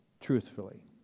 truthfully